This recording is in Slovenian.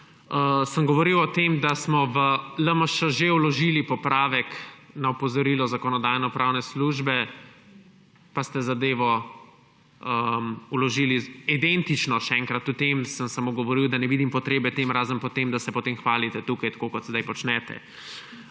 sem govoril o tem, da smo v LMŠ že vložili popravek na opozorilo Zakonodajno-pravne službe, pa ste zadevo vložili identično še enkrat. O tem sem samo govoril, da ne vidim potrebe po tem, razen po tem, da se potem hvalite tukaj, tako kot zdaj počnete.